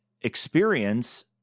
experience